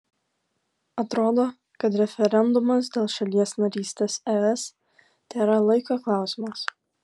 atrodo kad referendumas dėl šalies narystės es tėra laiko klausimas